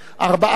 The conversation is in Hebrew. לא נתקבלה.